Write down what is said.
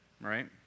right